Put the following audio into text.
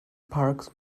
park